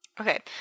Okay